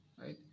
right